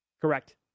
Correct